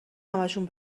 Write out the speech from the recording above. همشون